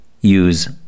use